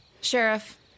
Sheriff